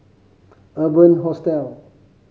Urban Hostel